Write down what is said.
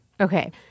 Okay